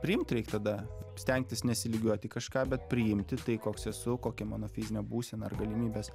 priimt reik tada stengtis nesilygiuoti į kažką bet priimti tai koks esu kokia mano fizinė būsena ar galimybės